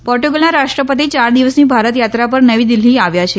પોર્ટુગલના રાષ્ટ્રપતિ યાર દિવસની ભારત થાત્રા પર નવી દિલ્ફી આવ્યા છે